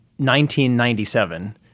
1997